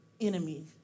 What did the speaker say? enemies